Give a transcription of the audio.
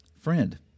friend